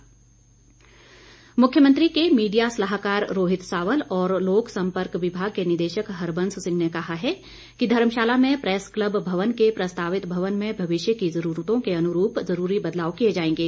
press से मिलिए मुख्यमंत्री के मीडिया सलाहकार रोहित सावल और लोकसंपर्क विभाग के निदेशक हरबंस सिंह ने कहा है कि धर्मशाला में प्रैस क्लब भवन के प्रस्तावित भवन में भविष्य की जरूरतों के अनुरूप जरूरी बदलाव किए जाएंगे